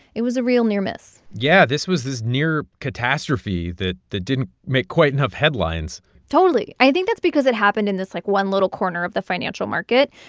it was a real near miss yeah, this was this near catastrophe that that didn't make quite enough headlines totally. i think that's because it happened in this, like, one little corner of the financial market.